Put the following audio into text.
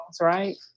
right